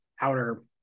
outer